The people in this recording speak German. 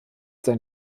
sein